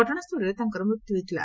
ଘଟଶାସ୍ସଳରେ ତାଙ୍କର ମୃତ୍ୟୁ ହୋଇଥିଲା